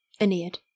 Aeneid